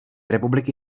republiky